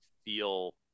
feel